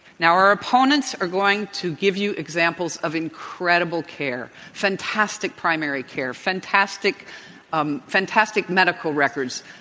now our opponents are going to give you examples of incredible care, fantastic primary care, fantastic um fantastic medical records.